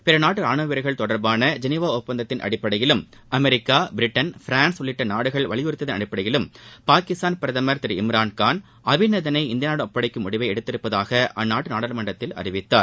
பிற நாட்டு ராணுவ வீரர்கள் தொடர்பான ஜெனிவா ஒப்பந்தத்தின அடிப்படையிலும் அமெரிக்கா பிரிட்டன் பிரான்ஸ் உள்ளிட்ட நாடுகள் வலியுறுத்தியதன் அடிப்படையிலும் பாகிஸ்தான் பிரதமர் திரு இம்ரான் கான் அபிநந்தனை இந்தியாவிடம் ஒப்படைக்கும் முடிவை எடுத்துள்ளதாக அந்நாட்டு நாடாளுமன்றத்தில் அறிவித்தார்